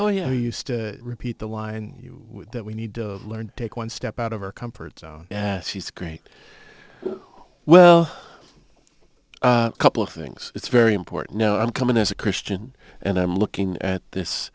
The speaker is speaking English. oh yeah i used to repeat the line that we need to learn take one step out of our comfort zone and she's great well a couple of things it's very important no i'm coming as a christian and i'm looking at this